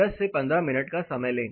10 से 15 मिनट का समय लें